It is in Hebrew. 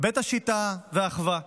בית השיטה ואחווה.